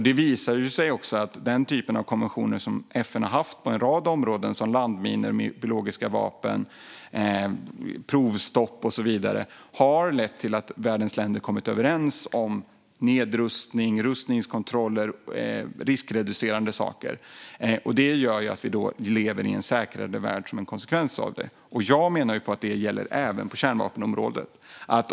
Det har också visat sig att den typ av konventioner som FN har haft på en rad områden som landminor, biologiska vapen, provstopp och så vidare har lett till att världens länder kommit överens om nedrustning, rustningskontroller och riskreducerande saker. Det gör att vi som en konsekvens av det lever i en säkrare värld. Jag menar att det även gäller på kärnvapenområdet.